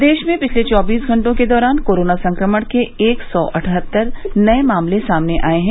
प्रदेश में पिछले चौबीस घंटों के दौरान कोरोना संक्रमण के एक सौ अठहत्तर नये मामले सामने आये हैं